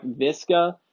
Visca